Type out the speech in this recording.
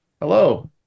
Hello